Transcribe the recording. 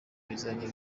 bizajya